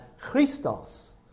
Christos